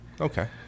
Okay